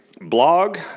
Blog